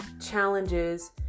challenges